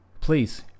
please